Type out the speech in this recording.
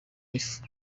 ifu